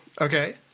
Okay